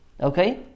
okay